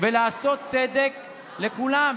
ולעשות צדק לכולם.